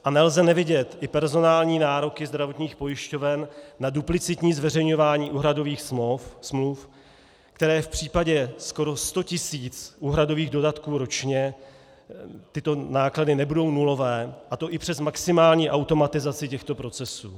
A nelze nevidět i personální nároky zdravotních pojišťoven na duplicitní zveřejňování úhradových smluv, které v případě skoro sto tisíc úhradových dodatků ročně tyto náklady nebudou nulové, a to i přes maximální automatizaci těchto procesů.